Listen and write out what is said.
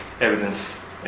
evidence